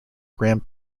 grand